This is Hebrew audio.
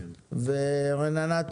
רננה,